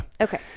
Okay